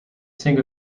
sink